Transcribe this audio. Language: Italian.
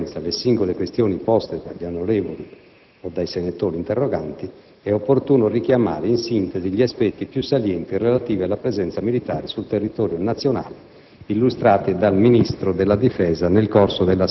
A questo punto, prima di passare ad esaminare in sequenza le singole questioni poste dai senatori interroganti, è opportuno richiamare in sintesi gli aspetti più salienti relativi alla presenza militare sul territorio nazionale,